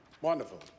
Wonderful